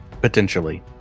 Potentially